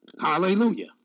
hallelujah